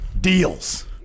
Deals